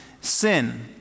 sin